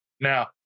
Now